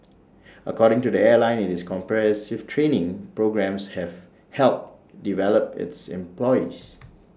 according to the airline IT is comprehensive training programmes have helped develop its employees